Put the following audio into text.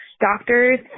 doctors